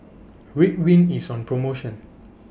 Ridwind IS on promotion